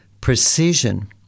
precision